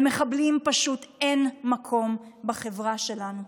למחבלים פשוט אין מקום בחברה שלנו,